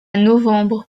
novembre